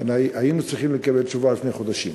היינו צריכים לקבל תשובה לפני חודשים.